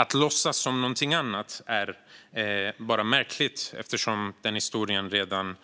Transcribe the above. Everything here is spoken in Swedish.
Att låtsas som någonting annat blir bara märkligt eftersom den historien redan